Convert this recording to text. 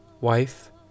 wife